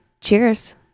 Cheers